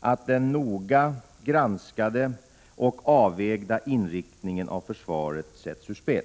att den noga granskade och avvägda inriktningen av försvaret sätts ur spel.